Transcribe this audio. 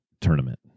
tournament